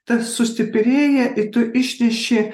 tas sustiprėja ir tu išneši